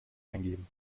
eingeben